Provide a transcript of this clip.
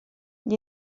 gli